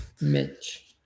Mitch